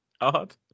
odd